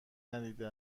ندیده